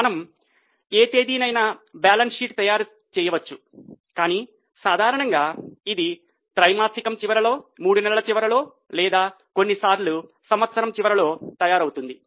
మనము ఏ తేదీనైనా బ్యాలెన్స్ షీట్ తయారు చేయవచ్చు కాని సాధారణంగా ఇది త్రైమాసికం చివరిలో 3 నెలల చివరలో లేదా కొన్నిసార్లు 1 సంవత్సరం చివరిలో తయారవుతుంది